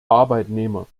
arbeitnehmer